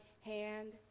hand